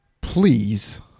Please